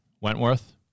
Wentworth